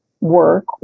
work